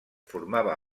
formava